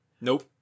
Nope